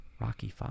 Rocky